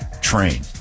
train